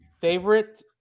Favorite